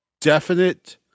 definite